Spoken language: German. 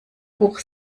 hoch